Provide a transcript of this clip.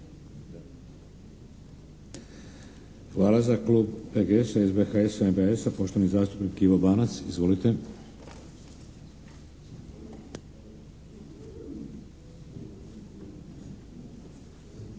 Hvala. Za klub PGS-a, SBHS-a, MBS-a, poštovani zastupnik Ivo Banac. Izvolite! **Banac,